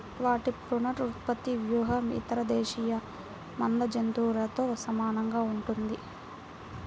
వాటి పునరుత్పత్తి వ్యూహం ఇతర దేశీయ మంద జంతువులతో సమానంగా ఉంటుంది